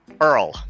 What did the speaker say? Earl